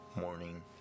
Morning